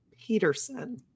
Peterson